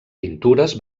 pintures